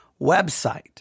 website